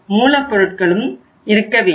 மூலப்பொருட்களும் இருக்க வேண்டும்